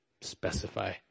specify